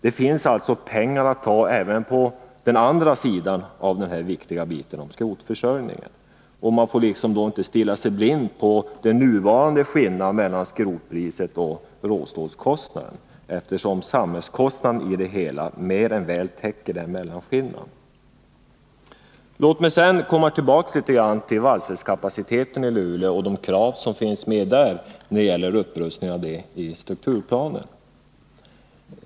Det finns alltså pengar att ta även på den andra sidan av den viktiga biten som gäller skrotförsörjningen. Man får då inte stirra sig blind på den nuvarande skillnaden mellan skrotpris och råstålskostnad, eftersom samhällskostnaden mer än väl täcker mellanskillnaden. Låt mig därpå komma tillbaka till frågan om varvskapaciteten i Luleå och de krav som finns på upprustning enligt strukturplanen.